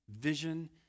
vision